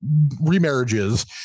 remarriages